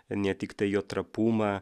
ne tiktai jo trapumą